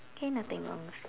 K nothing wrong